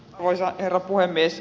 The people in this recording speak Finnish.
arvoisa herra puhemies